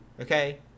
okay